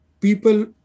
people